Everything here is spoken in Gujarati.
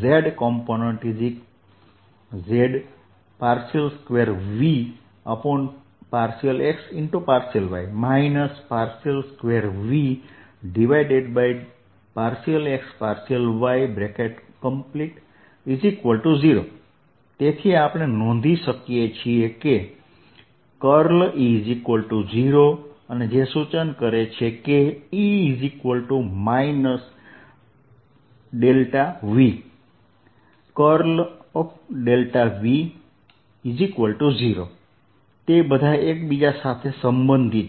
z componentz2V∂x∂y 2V∂x∂y0 તેથી આપણે નોંધી શકીએ કેE0 સૂચન કરે છે કે E V V0 તે બધા એકબીજા સાથે સંબંધિત છે